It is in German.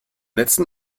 letzten